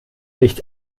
nicht